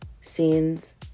scenes